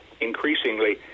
increasingly